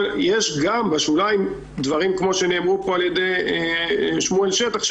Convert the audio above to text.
יש בשוליים גם דברים כמו שנאמרו פה על ידי שמואל שטח,